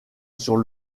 sur